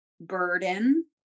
burden